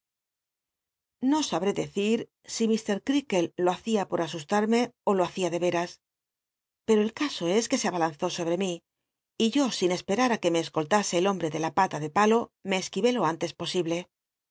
no sabré decir si mr creakle lo hacia por asuslatmc ó lo hacia de veras pero el caso es que se abalanzó sobre mí y yo sin esperar ti que me escollase el hombre de la pala de palo me esquivé lo antes posible